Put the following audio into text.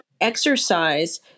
exercise